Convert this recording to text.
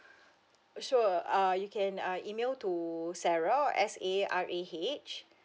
sure uh you can uh email to sarah S A R A H